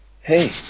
Hey